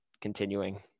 continuing